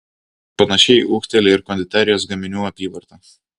panašiai ūgteli ir konditerijos gaminių apyvarta